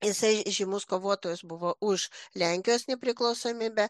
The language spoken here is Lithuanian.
jisai žymus kovotojas buvo už lenkijos nepriklausomybę